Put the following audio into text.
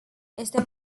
este